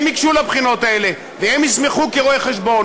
הם ייגשו לבחינות האלה והם יוסמכו כרואי-חשבון